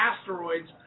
asteroids